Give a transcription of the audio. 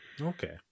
okay